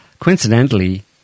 coincidentally